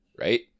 Right